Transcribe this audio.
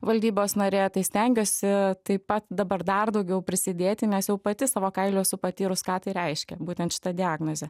valdybos narė tai stengiuosi taip pat dabar dar daugiau prisidėti nes jau pati savo kailiu esu patyrus ką tai reiškia būtent šita diagnozė